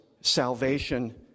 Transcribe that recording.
salvation